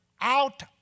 out